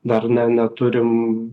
dar ne neturim